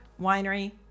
winery